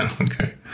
Okay